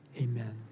amen